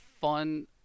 fun